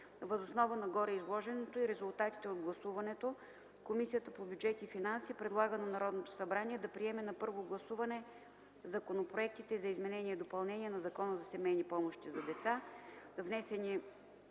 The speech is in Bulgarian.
Въз основа на гореизложеното и резултатите от гласуването Комисията по бюджет и финанси предлага на Народното събрание да приеме на първо гласуване законопроектите за изменение и допълнение на Закона за семейни помощи за деца внесени